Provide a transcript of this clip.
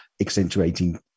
accentuating